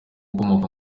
ukomoka